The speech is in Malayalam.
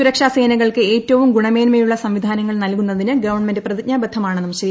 സുരക്ഷാസേനകൾക്ക് ഏറ്റവും ഗുണമേന്മയുള്ള സംവിധാനങ്ങൾ നൽകുന്നതിന് ഗവൺമെന്റ് പ്രതിജ്ഞാബദ്ധ മാണെന്നും ശ്രീ